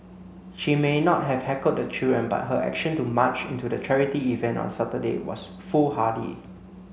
she may not have heckled the children but her action to march into the charity event on Saturday was foolhardy